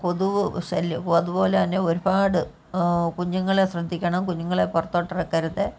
കൊതുകു ശല്ല്യം പൊ അതുപോലെതന്നെ ഒരുപാട് കുഞ്ഞുങ്ങളെ ശ്രദ്ധിക്കണം കുഞ്ഞുങ്ങളെ പുറത്തോട്ടിറക്കരുത്